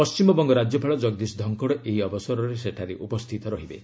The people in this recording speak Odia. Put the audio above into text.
ପଣ୍ଟିମବଙ୍ଗ ରାଜ୍ୟପାଳ ଜଗଦୀଶ ଧଙ୍କଡ଼୍ ଏହି ଅବସରରେ ସେଠାରେ ଉପସ୍ଥିତ ରହିବେ